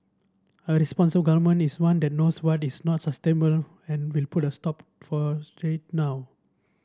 a responsible government is one that knows what is not sustainable and will put a stop for now